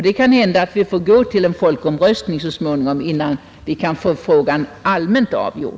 Det kan hända, att frågan får gå till en folkomröstning så småningom innan vi kan få den allmänt avgjord.